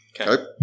Okay